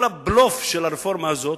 כל הבלוף של הרפורמה הזאת,